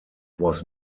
was